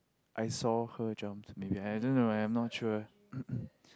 I saw her jumped maybe I don't know I'm not sure